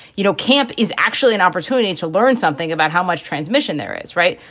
you know, camp is actually an opportunity to learn something about how much transmission there is. right.